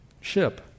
ship